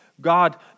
God